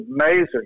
amazing